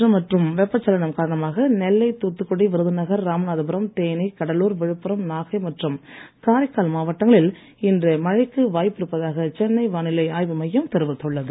தென்மேற்கு பருவக்காற்று மற்றும் வெப்பச்சலனம் காரணமாக நெல்லை தூத்துக்குடி விருதுநகர் ராமநாதபுரம் தேனீ கடலூர் விழுப்புரம் நாகை மற்றும் காரைக்கால் மாவட்டங்களில் இன்று மழைக்கு வாய்ப்பிருப்பதாக சென்னை வானிலை ஆய்வு மையம் தெரிவித்துள்ளது